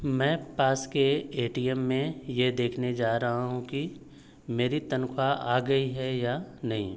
मैं पास के ए टी एम में ये देखने जा रहा हूँ कि मेरी तनख्वाह आ गई है या नहीं